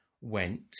went